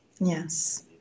Yes